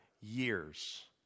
years